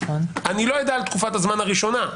אני לא יודע על תקופת הזמן הראשונה.